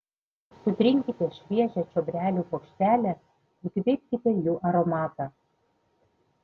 sutrinkite šviežią čiobrelių puokštelę įkvėpkite jų aromatą